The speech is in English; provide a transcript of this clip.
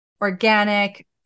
organic